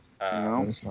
No